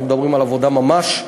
אנחנו מדברים על עבודה ממש.